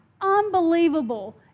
Unbelievable